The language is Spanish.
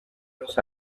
los